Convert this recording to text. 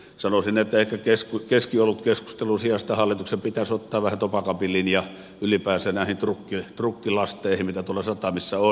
sanoisin että ehkä keskiolutkeskustelun sijasta hallituksen pitäisi ottaa vähän topakampi linja ylipäänsä näihin trukkilasteihin mitä tuolla satamissa on